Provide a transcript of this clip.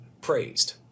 praised